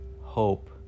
hope